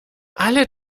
alle